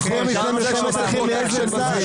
הוא הזהיר מפני מלחמת אחים, מאיזה צד?